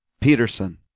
Peterson